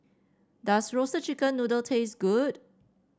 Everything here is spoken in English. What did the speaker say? does Roasted Chicken Noodle taste good